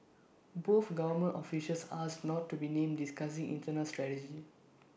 both government officials asked not to be named discussing internal strategy